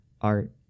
art